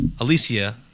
Alicia